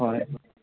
হয়